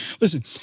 Listen